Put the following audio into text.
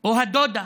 או הדודה,